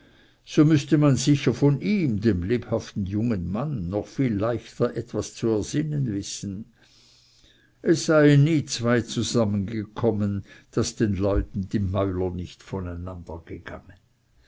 so müßte man sicher von ihm dem lebhaften jungen mann noch viel leichter etwas zu ersinnen wissen es seien nie zwei zusammengekommen daß den leuten die mäuler nicht voneinandergegangen